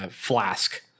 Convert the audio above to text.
flask